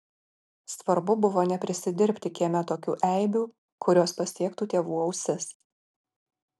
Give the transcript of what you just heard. svarbu buvo neprisidirbti kieme tokių eibių kurios pasiektų tėvų ausis